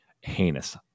Heinous